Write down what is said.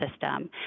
system